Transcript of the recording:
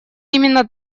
именно